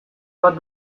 bat